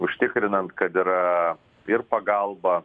užtikrinant kad yra ir pagalba